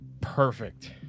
perfect